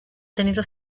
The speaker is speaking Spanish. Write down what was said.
tenido